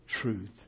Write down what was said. truth